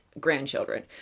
grandchildren